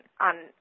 on